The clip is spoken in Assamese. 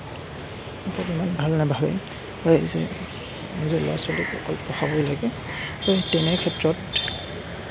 ওপৰত ইমান ভাল নাভাবে কয় যে নিজৰ ল'ৰা ছোৱালীক অকল পঢ়াবই লাগে এই তেনে ক্ষেত্ৰত